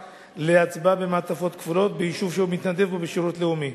להצבעה במעטפות כפולות ביישוב שהוא מתנדב בו בשירות לאומי.